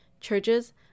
churches